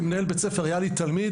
כמנהל בית ספר היה לי תלמיד,